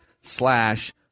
slash